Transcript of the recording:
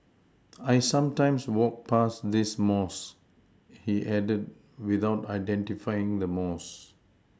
I sometimes walk past this mosque he added without identifying the mosque